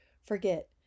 forget